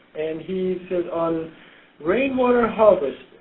and he says on rainwater harvest,